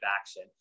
action